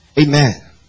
Amen